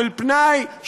של פנאי,